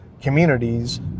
communities